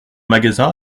magasin